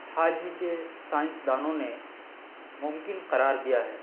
حال ہی کے سائنسدانوں نے ممکن قرار دیا ہے